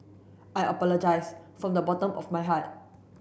I apologise from the bottom of my heart